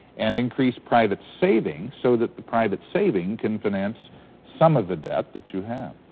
and increase private savings, so that the private savings can finance some of the debt that you have.